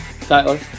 Tyler